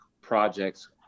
projects